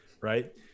right